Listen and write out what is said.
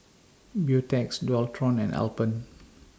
Beautex Dualtron and Alpen